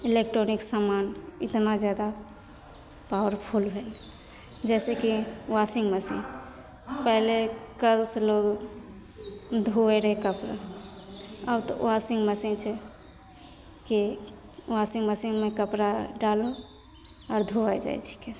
electronic समान इतना जादा पाबरफुल है जैसेकी वाशिंग मशीन पहले करु तऽ लोग धोअै रहै कपड़ा आब तऽ वाशिंग मशीन छै की वाशिंग मशीनमे कपड़ा डालहो आ धोआ जाइत छिकै